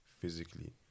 physically